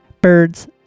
birds